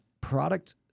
product